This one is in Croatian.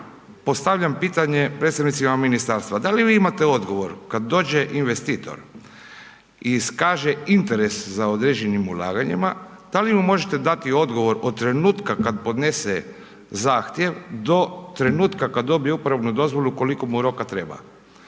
postavljam pitanje predstavnicima ministarstva, da li vi imate odgovor, kada dođe investitor i iskaže interes za određenim ulaganjima, da li mu možete dati odgovor od trenutka kada podnese zahtjev do trenutka kada dobi upravnu dozvolu, koliko mu roka treba?